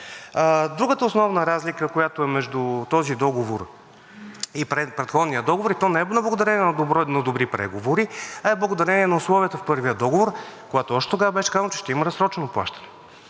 Другата основна разлика, която е между този договор и предходния договор, и то не благодарение на добри преговори, а е благодарение на условията в първия договор, когато още тогава беше казано, че ще има разсрочено плащане